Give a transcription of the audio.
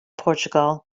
portugal